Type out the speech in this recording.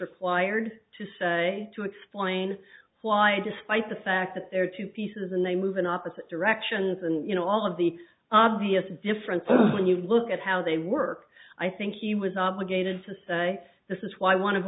required to say to explain why despite the fact that there are two pieces and they move in opposite directions and you know all of the obvious differences when you look at how they work i think he was obligated to say this is why i want to